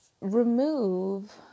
remove